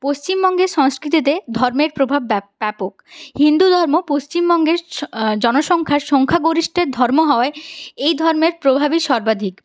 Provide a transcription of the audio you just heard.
পশ্চিমবঙ্গের সংস্কৃতিতে ধর্মের প্রভাব ব্যাপক হিন্দু ধর্ম পশ্চিমবঙ্গের জ জনসংখ্যার সংখ্যা গরিষ্ঠের ধর্ম হওয়ায় এই ধর্মের প্রভাবই সর্বাধিক